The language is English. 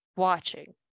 watching